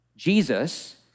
Jesus